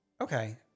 Okay